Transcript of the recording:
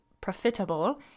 profitable